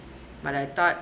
but I thought